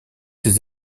ses